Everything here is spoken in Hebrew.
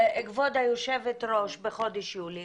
כבוד יושבת הראש, בחודש יולי,